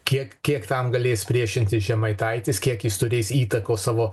kiek kiek tam galės priešintis žemaitaitis kiek jis turės įtakos savo